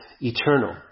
eternal